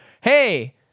hey